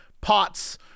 pots